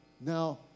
Now